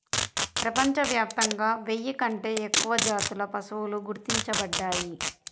ప్రపంచవ్యాప్తంగా వెయ్యి కంటే ఎక్కువ జాతుల పశువులు గుర్తించబడ్డాయి